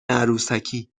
عروسکی